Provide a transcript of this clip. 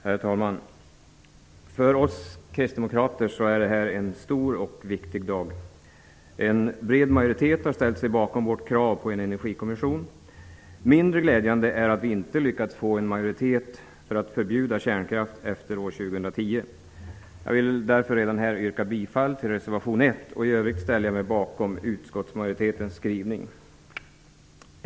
Herr talman! För oss kristdemokrater är detta en stor och viktig dag. En bred majoritet har ställt sig bakom vårt krav på en energikommission. Mindre glädjande är att vi inte lyckats få majoritet för att förbjuda kärnkraft efter år 2010. Jag vill därför redan här yrka bifall till reservation 1. I övrigt ställer jag mig bakom utskottsmajoritetens skrivning.